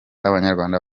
abanyarwanda